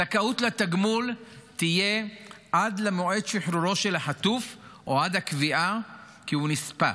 הזכאות לתגמול תהיה עד למועד שחרורו של החטוף או עד הקביעה כי הוא נספה,